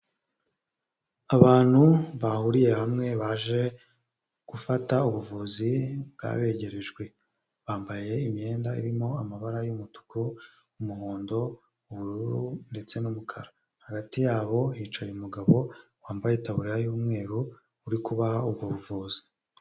Abantu bahuriye hamwe baje gufata ubuvuzi bwabegerejwe bambaye imyenda irimo amabara y'umutuku, umuhondo, ubururu ndetse n'umukara hagati yabo hicaye umugabo wambaye itaburi y'umweru uri kubaha ubuvuzi.